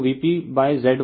तो VPZ Y